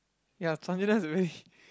ya is a very